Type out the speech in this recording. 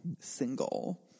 single